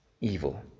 evil